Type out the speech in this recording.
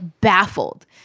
baffled